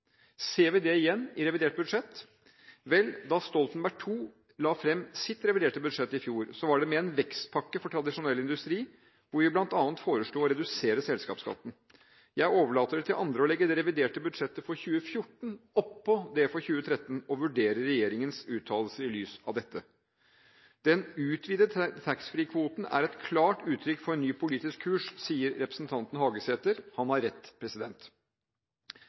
Ser vi det igjen i revidert budsjett? Vel, da Stoltenberg II la fram sitt reviderte budsjett i fjor, var det med en vekstpakke for tradisjonell industri, hvor vi bl.a. foreslo å redusere selskapsskatten. Jeg overlater det til andre å legge det reviderte budsjettet for 2014 oppå det for 2013 og vurdere regjeringens uttalelser i lys av dette. Den utvidede taxfree-kvoten er et klart uttrykk for en ny politisk kurs, sier representanten Hagesæter. Han har rett.